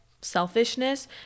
selfishness